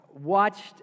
watched